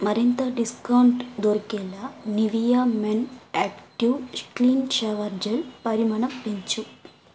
మరింత డిస్కౌంట్ దొరికేలా Nivea men active clean shower gel పరిమాణ పెంచు